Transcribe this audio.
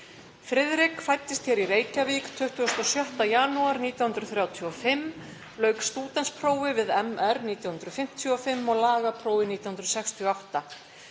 Friðrik fæddist hér í Reykjavík 26. janúar 1935, lauk stúdentsprófi við MR 1955 og lagaprófi 1968.